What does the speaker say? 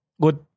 good